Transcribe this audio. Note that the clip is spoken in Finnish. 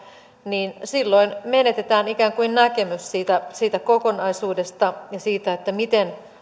niin silloin menetetään ikään kuin näkemys siitä siitä kokonaisuudesta ja siitä miten